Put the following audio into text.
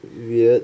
weird